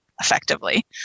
effectively